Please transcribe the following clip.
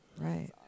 Right